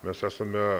mes esame